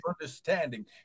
understanding